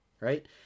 right